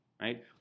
right